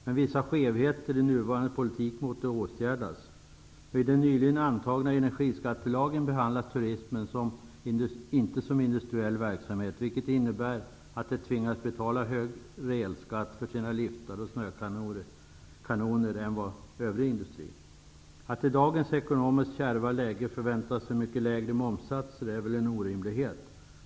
Men vissa skevheter i nuvarande politik måste åtgärdas. I den nyligen antagna energiskattelagen behandlas turismen inte som industriell verksamhet, vilket innebär att de verksamma tvingas betala högre elskatt för sina liftar och snökanoner än den övriga industrin. Att i dagens ekonomiskt kärva läge förvänta sig mycket lägre momssatser är väl en orimlighet.